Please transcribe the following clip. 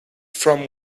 from